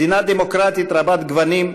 מדינה דמוקרטית רבת-גוונים,